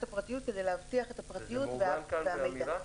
הפרטיות כדי להבטיח את הפרטיות ואת המידע.